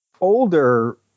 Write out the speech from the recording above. older